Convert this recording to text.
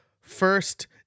first